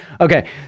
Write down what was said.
Okay